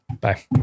Bye